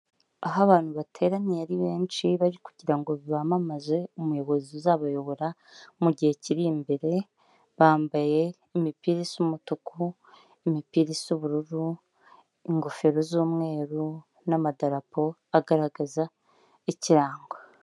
Aho abantu bateraniye ari benshi bari kugira ngo bamamaze umuyobozi uzabayobora mu gihe kiri imbere, bambaye imipira isa umutuku, imipira isa ubururu, ingofero z'umweru n'amadarapo agaragaza ikirango.